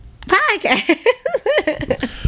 podcast